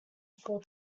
full